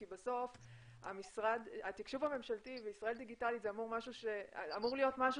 כי בסוף התקשוב הממשלתי וישראל דיגיטלית זה אמור להיות משהו